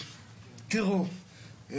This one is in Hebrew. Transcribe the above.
תראו,